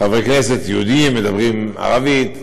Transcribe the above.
חברי כנסת יהודים מדברים ערבית,